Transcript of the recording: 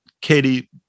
Katie